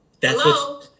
hello